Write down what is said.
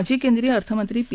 माजी केंद्रिय अर्थनंत्री पी